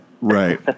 right